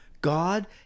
God